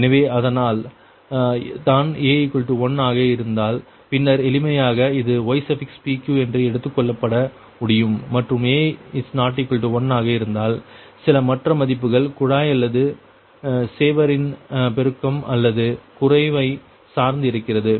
எனவே அதனால் தான் a1 ஆக இருந்தால் பின்னர் எளிமையாக இது ypq என்று எடுத்துக் கொள்ளப்பட முடியும் மற்றும் a≠1 ஆக இருந்தால் சில மற்ற மதிப்புகள் குழாய் அல்லது சேவரின் பெருக்கம் அல்லது குறைவை சார்ந்து இருக்கிறது